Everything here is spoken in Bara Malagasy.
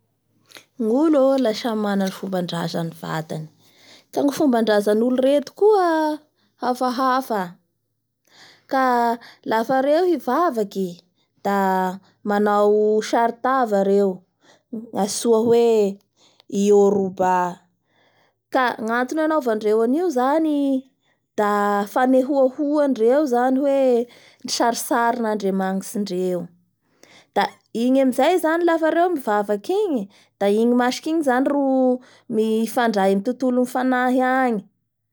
amindreo any zany mist ny masque fanaova masque ioroba zao vita avy amin'ny hazo da io zany karana hotrany hoe fanambarandreo ny Andriamanitra ndreo zany sy ny herin'ny natiora.